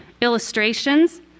illustrations